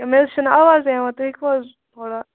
یہ مےٚ حٲز چھنہٕ آوازٕے یِوان ہیٚکوٕ حٲز تھوڑا